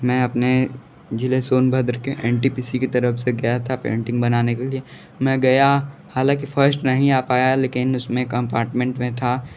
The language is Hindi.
मैं अपने ज़िले सोनभद्र के एन टी पी सी की तरफ़ से गया था पेंटिंग बनाने के लिए मैं गया हालांकि फर्स्ट नहीं आ पाया लेकिन उस में कंपार्टमेंट में था